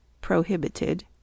Prohibited